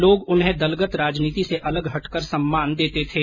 लोग उन्हें दलगत राजनीति से अलग हटकर सम्मान देते थे